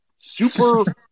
Super